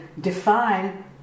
define